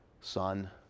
son